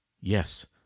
Yes